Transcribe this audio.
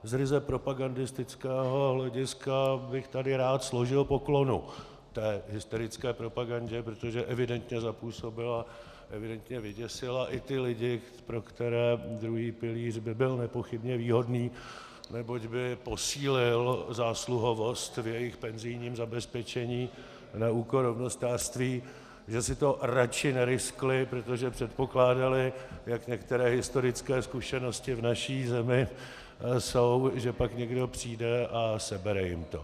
Z ryze propagandistického hlediska bych tady rád složil poklonu té hysterické propagandě, protože evidentně zapůsobila, evidentně vyděsila i ty lidi, pro které by byl druhý pilíř nepochybně výhodný, neboť by posílil zásluhovost v jejich penzijním zabezpečení na úkor rovnostářství, že si to radši neriskli, protože předpokládali, jak některé historické zkušenosti v naší zemi jsou, že pak někdo přijde a sebere jim to.